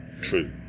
True